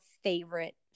favorite